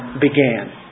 began